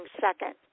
second